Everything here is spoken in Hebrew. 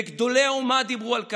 וגדולי האומה דיברו על כך,